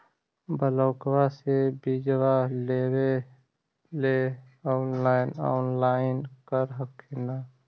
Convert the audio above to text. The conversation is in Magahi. ब्लोक्बा से बिजबा लेबेले ऑनलाइन ऑनलाईन कर हखिन न?